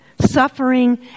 suffering